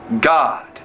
God